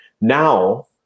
Now